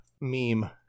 meme